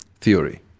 theory